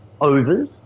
overs